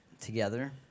together